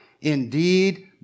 indeed